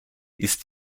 ist